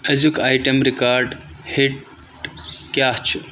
أزِیُک item record hit کیٛاہ چِھ